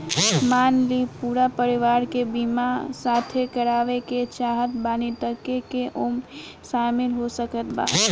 मान ली पूरा परिवार के बीमाँ साथे करवाए के चाहत बानी त के के ओमे शामिल हो सकत बा?